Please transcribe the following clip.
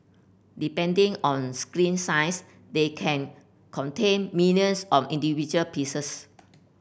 depending on screen size they can contain millions of individual pieces